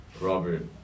Robert